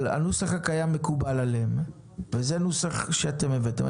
אבל הנוסח הקיים מקובל עליהם וזה נוסח שאתם הבאתם,